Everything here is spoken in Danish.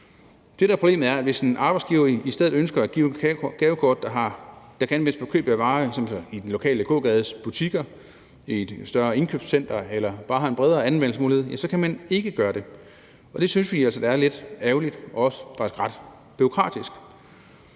Det, der er problemet, er, at hvis en arbejdsgiver i stedet ønsker at give et gavekort, der kan anvendes til køb af varer i den lokale gågades butikker eller i et større indkøbscenter eller bare har en bredere anvendelsesmulighed, kan man ikke gøre det. Det synes vi altså er lidt ærgerligt og også faktisk ret bureaukratisk.